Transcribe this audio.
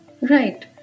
Right